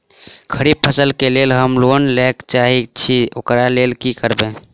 खरीफ फसल केँ लेल हम लोन लैके चाहै छी एकरा लेल की करबै?